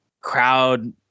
Crowd